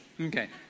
Okay